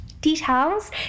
details